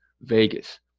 Vegas